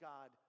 God